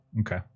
Okay